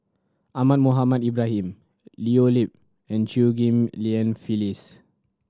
Ahmad Mohamed Ibrahim Leo Yip and Chew Ghim Lian Phyllis